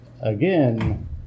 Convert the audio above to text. again